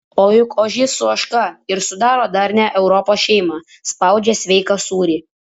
o juk ožys su ožka ir sudaro darnią europos šeimą spaudžia sveiką sūrį